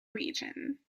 region